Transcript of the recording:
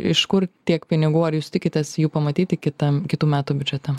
iš kur tiek pinigų ar jūs tikitės jų pamatyti kitam kitų metų biudžete